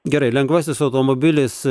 gerai lengvasis automobilis